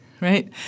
right